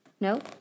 No